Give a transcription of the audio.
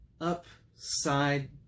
upside